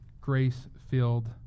grace-filled